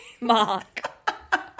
mark